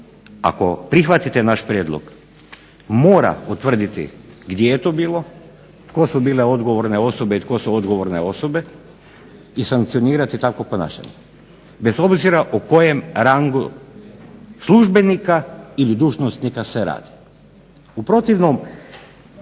ako prihvatite naš prijedlog, mora utvrditi gdje je to bilo, tko su bile odgovorne osobe i tko su odgovorne osobe i sankcionirati takvo ponašanje bez obzira o kojem rangu službenika ili dužnosnika se radi.